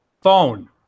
phone